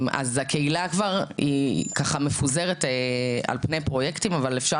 הקהילה היא מפוזרת על פני פרויקטים אבל אפשר